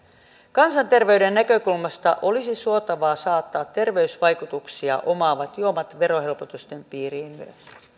kansanterveyden näkökulmasta olisi suotavaa saattaa terveysvaikutuksia omaavat juomat verohelpotusten piiriin